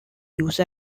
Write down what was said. use